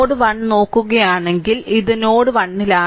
node 1 നോക്കുകയാണെങ്കിൽ ഇത് node 1 ലാണ്